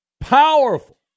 powerful